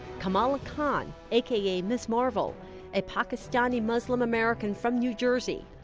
kamala khan a k a. miss marvel a pakistani muslim american from new jersey.